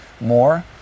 more